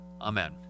Amen